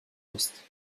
ouest